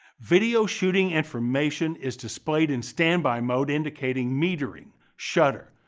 video shooting information is displayed in standby mode indicating metering, shutter,